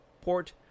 port